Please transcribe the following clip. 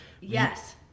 Yes